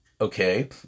Okay